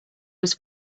was